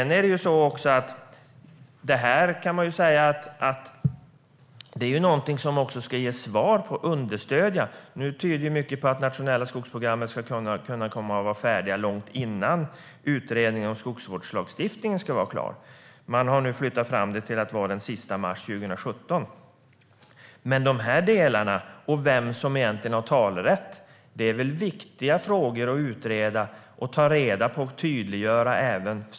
Nu tyder mycket på att det nationella skogsprogrammet kommer att vara färdigt långt innan utredningen om skogsvårdslagstiftningen ska vara klar. Man har nu flyttat fram det till den sista mars 2017. Men de här delarna, och vem som egentligen har talerätt, är väl viktiga frågor att utreda och tydliggöra?